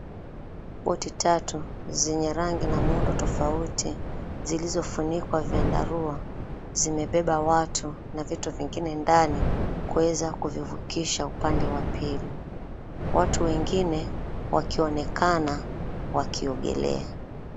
Boti tatu zenye rangi na muundo tofauti zilizofunikwa vyandarua zimebeba watu na vitu vingine ndani kuweza kuvivukisha upande wa pili, watu wengine wakionekana wakiogelea.